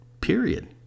Period